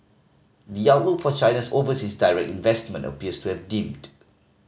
the outlook for China's overseas direct investment appears to have dimmed